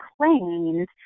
claimed